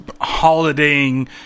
holidaying